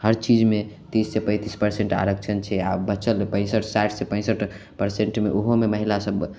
हर चीजमे तीस से पैंतीस पर्सेंट आरक्षण छै आ बचल साठि से पैंसठि पर्सेंटमे ओहोमे महिला सब